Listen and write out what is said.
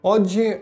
Oggi